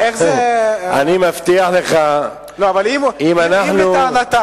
אני מבטיח לך, אם לטענתו,